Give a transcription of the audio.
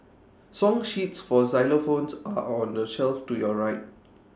song sheets for xylophones are on the shelf to your right